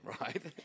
right